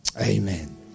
Amen